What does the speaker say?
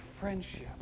friendship